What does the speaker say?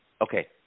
Okay